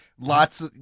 lots